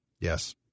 Yes